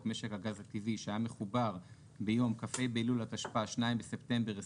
משק הגז הטבעי שהיה מחובר ביום כ"ה באלול התשפ"א (2 בספטמבר 2021)